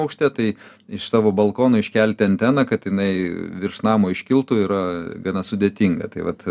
aukšte tai iš savo balkono iškelti anteną kad jinai virš namo iškiltų yra gana sudėtinga tai vat